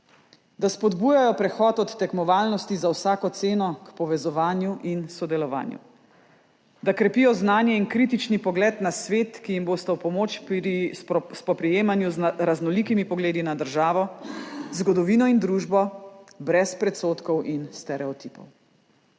da spodbujajo prehod od tekmovalnosti za vsako ceno k povezovanju in sodelovanju, da krepijo znanje in kritični pogled na svet, ki jim bosta v pomoč pri spoprijemanju z raznolikimi pogledi na državo, zgodovino in družbo brez predsodkov in stereotipov.